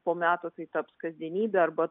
po metų tai taps kasdienybe arba